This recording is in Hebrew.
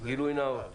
גילוי נאות.